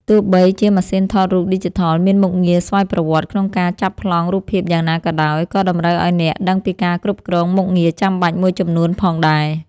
ទោះបីជាម៉ាស៊ីនថតរូបឌីជីថលមានមុខងារស្វ័យប្រវត្តិក្នុងការចាប់ប្លង់រូបភាពយ៉ាងណាក៏ដោយ ក៏តម្រូវឱ្យអ្នកដឹងពីការគ្រប់គ្រងមុខងារចាំបាច់មួយចំនួនផងដែរ។